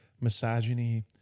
misogyny